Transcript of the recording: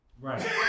Right